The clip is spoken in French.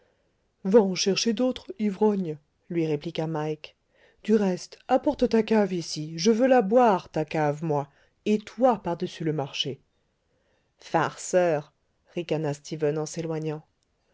en chercher d'autres ivrogne lui répliqua mike du reste apporte ta cave ici je veux la boire ta cave moi et toi par-dessus le marché farceur ricana stephen en s'éloignant